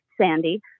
Sandy